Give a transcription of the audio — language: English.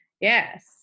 yes